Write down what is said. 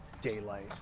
daylight